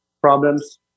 problems